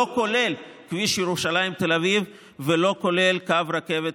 לא כולל כביש ירושלים תל אביב ולא כולל קו רכבת